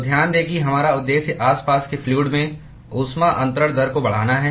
तो ध्यान दें कि हमारा उद्देश्य आसपास के फ्लूअड में ऊष्मा अन्तरण दर को बढ़ाना है